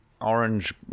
orange